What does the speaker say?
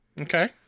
Okay